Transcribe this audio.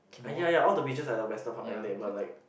ah ya ya all the beaches are on the western part of Adelaide but like